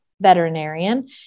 veterinarian